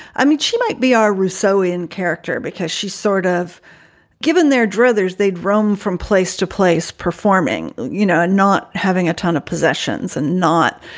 i mean, she might be our rousso in character because she's sort of given their druthers, they'd roam from place to place performing, you know, not having a ton of possessions and not,